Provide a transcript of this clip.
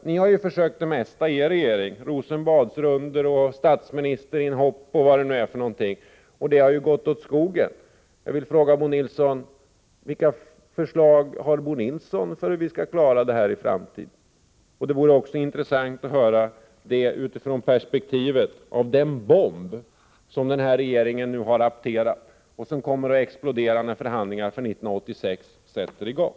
Ni har ju försökt det mesta i er regering — Rosenbadsrundor, statsministerinhopp och vad det nu är — och det har gått åt skogen. Jag vill fråga: Vilka förslag har Bo Nilsson för att vi skall klara situationen i framtiden? Det vore också intressant att höra det utifrån perspektivet av den bomb som den här regeringen nu har apterat och som kommer att explodera när förhandlingar för 1986 sätter i gång.